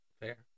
Fair